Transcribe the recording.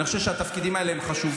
אני חושב שהתפקידים האלה הם חשובים.